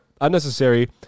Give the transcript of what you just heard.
unnecessary